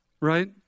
right